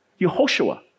Yehoshua